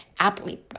Apple